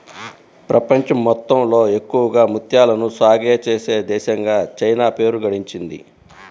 ప్రపంచం మొత్తంలో ఎక్కువగా ముత్యాలను సాగే చేసే దేశంగా చైనా పేరు గడించింది